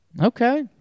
Okay